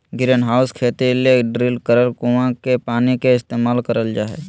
greenhouse खेती ले drill करल कुआँ के पानी के इस्तेमाल करल जा हय